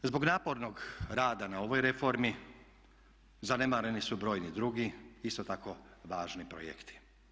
Zbog napornog rada na ovoj reformi zanemareni su brojni drugi isto tako važni projekti.